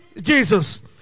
Jesus